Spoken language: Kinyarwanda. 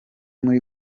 muri